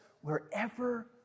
Wherever